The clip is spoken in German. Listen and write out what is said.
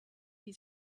die